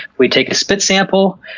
we take a spit sample,